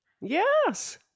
Yes